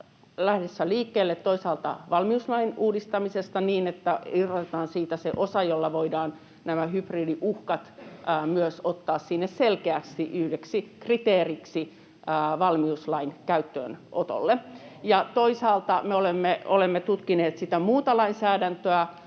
lähdössä liikkeelle toisaalta valmiuslain uudistamisessa niin, että irrotetaan siitä se osa, jolla voidaan nämä hybridiuhkat myös ottaa sinne selkeästi yhdeksi kriteeriksi valmiuslain käyttöönotolle, ja toisaalta me olemme tutkineet sitä muuta lainsäädäntöä